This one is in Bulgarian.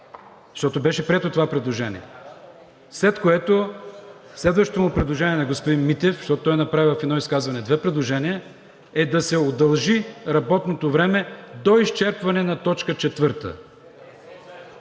защото беше прието това предложение. След което следващото предложение на господин Митев, защото той направи в едно изказване две предложения, е да се удължи работното време до изчерпване на точка четвърта.